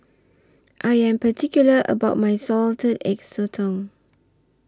I Am particular about My Salted Egg Sotong